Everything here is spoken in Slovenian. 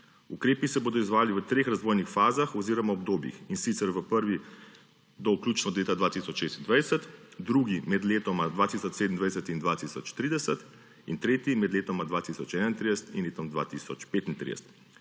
Ukrepi se bodo izvajali v treh razvojnih fazah oziroma obdobjih. Prvi do vključno leta 2026. Drugi med letoma 2027 in 2030. Tretji med letoma 2031 in letom 2035.